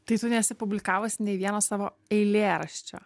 tai tu nesi publikavosi nei vieno savo eilėraščio